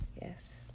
Yes